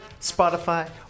Spotify